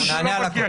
אנחנו נענה על הכול.